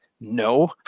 No